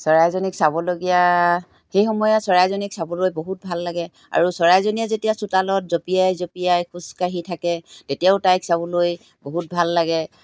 চৰাইজনীক চাবলগীয়া সেই সময়ত চৰাইজনীক চাবলৈ বহুত ভাল লাগে আৰু চৰাইজনীয়ে যেতিয়া চোতালত জঁপিয়াই জঁপিয়াই খোজকাঢ়ি থাকে তেতিয়াও তাইক চাবলৈ বহুত ভাল লাগে